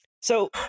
So-